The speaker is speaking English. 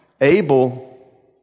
Abel